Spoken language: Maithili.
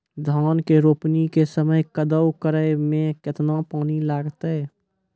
धान के रोपणी के समय कदौ करै मे केतना पानी लागतै?